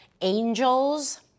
Angels